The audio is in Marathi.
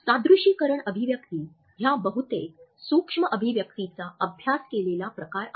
सादृशीकरण अभिव्यक्ती ह्या बहुतेक सूक्ष्म अभिव्यक्तीचा अभ्यास केलेला प्रकार आहे